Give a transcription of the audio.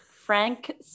Frank